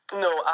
No